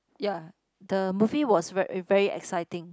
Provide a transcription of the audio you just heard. ya the movie was ve~ very exciting